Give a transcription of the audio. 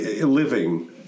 Living